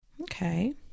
Okay